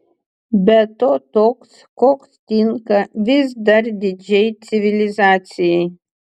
be to toks koks tinka vis dar didžiai civilizacijai